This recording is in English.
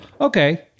Okay